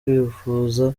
kwivuza